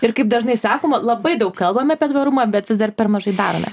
ir kaip dažnai sakoma labai daug kalbame apie tvarumą bet vis dar per mažai darome